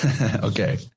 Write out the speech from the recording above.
Okay